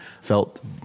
felt